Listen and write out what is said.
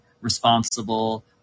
responsible